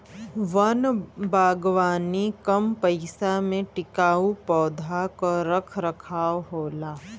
वन बागवानी कम पइसा में टिकाऊ पौधा क रख रखाव होला